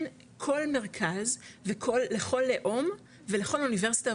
כל מרכז ולכל לאום ולכל אוניברסיטה,